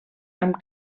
amb